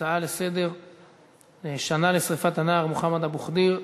הצעה לסדר-היום: שנה לשרפת הנער מוחמד אבו ח'דיר,